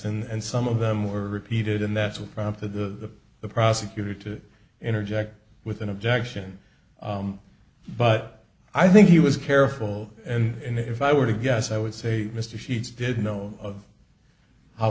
comments and some of them were repeated and that's what prompted the the prosecutor to interject with an objection but i think he was careful and if i were to guess i would say mr sheets did know of how